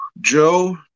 Joe